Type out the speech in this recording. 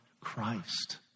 Christ